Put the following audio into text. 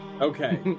Okay